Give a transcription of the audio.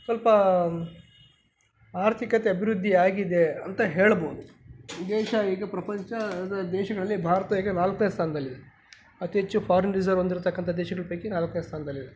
ಸ್ವಲ್ಪ ಆರ್ಥಿಕತೆ ಅಭಿವೃದ್ಧಿ ಆಗಿದೆ ಅಂತ ಹೇಳ್ಬೋದು ದೇಶ ಈಗ ಪ್ರಪಂಚ ದೇಶಗಳಲ್ಲಿ ಭಾರತ ಈಗ ನಾಲ್ಕನೇ ಸ್ಥಾನದಲ್ಲಿದೆ ಅತಿ ಹೆಚ್ಚು ಫಾರಿನ್ ರಿಸರ್ವ್ ಹೊಂದಿರತಕ್ಕಂಥ ದೇಶಗಳ ಪೈಕಿ ನಾಲ್ಕನೇ ಸ್ಥಾನದಲ್ಲಿದೆ